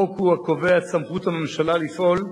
החוק הוא הקובע את סמכות הממשלה לפעול,